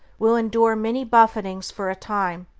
will endure many buffetings for a time,